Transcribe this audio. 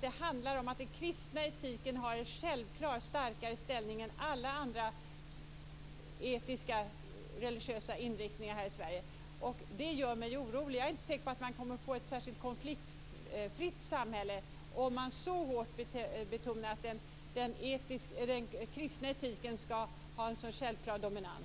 kd handlar om att den kristna etiken har en självklart starkare ställning än alla andra etiska eller religiösa inriktningar i Sverige? Det gör mig orolig. Jag tror inte att man kommer att få ett särskilt konfliktfritt samhälle om man så hårt betonar att den kristna etiken skall ha en så självklar dominans.